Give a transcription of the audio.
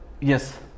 yes